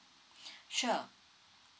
sure